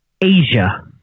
Asia